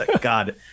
God